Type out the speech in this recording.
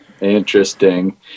Interesting